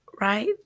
right